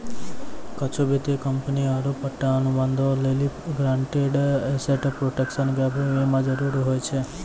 कुछु वित्तीय कंपनी आरु पट्टा अनुबंधो लेली गारंटीड एसेट प्रोटेक्शन गैप बीमा जरुरी होय छै